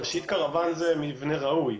קרוון זה מבנה ראוי,